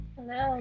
Hello